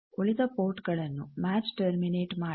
ಉಳಿದ ಪೋರ್ಟ್ ಗಳನ್ನು match terminate ಮಾಡಿ